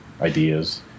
Ideas